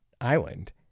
island